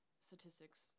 statistics